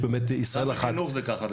גם בחינוך זה כך.